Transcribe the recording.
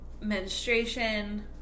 menstruation